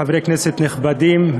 חברי כנסת נכבדים,